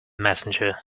messenger